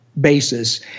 basis